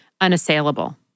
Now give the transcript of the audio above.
unassailable